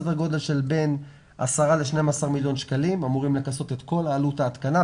סדר גודל של בין 10-12 מיליון שקלים אמורים לכסות את כל עלות ההתקנה,